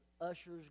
ushers